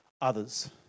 others